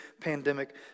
pandemic